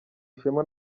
ishema